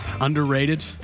Underrated